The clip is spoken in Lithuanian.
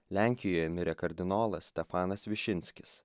lenkijoje mirė kardinolas stefanas višinskis